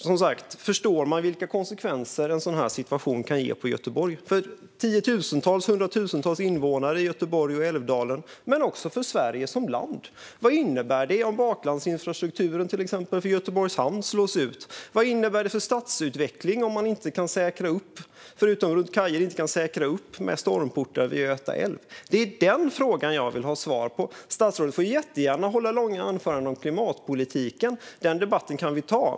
Som sagt: Förstår man vilka konsekvenser en sådan här situation kan ge för Göteborg - för tiotusentals och hundratusentals invånare i Göteborg och i älvdalen, men också för Sverige som land? Vad innebär det om till exempel baklandsinfrastrukturen för Göteborgs hamn slås ut? Vad innebär det för stadsutvecklingen om man förutom runt kajer inte kan säkra upp med stormportar vid Göta älv? Det är dessa frågor jag vill ha svar på. Statsrådet får jättegärna hålla långa anföranden om klimatpolitiken; den debatten kan vi ta.